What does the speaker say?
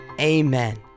amen